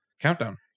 countdown